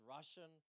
Russian